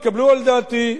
התקבלו על דעתי.